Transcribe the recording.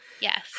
Yes